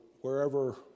wherever